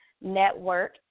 network